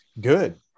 good